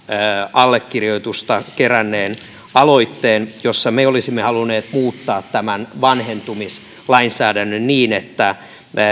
allekirjoitusta keränneen aloitteen jossa me olisimme halunneet muuttaa tämän vanhentumislainsäädännön niin että